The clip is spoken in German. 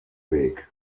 weg